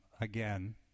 again